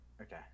Okay